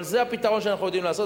זה הפתרון שאנחנו יודעים לעשות.